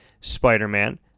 Spider-Man